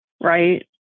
right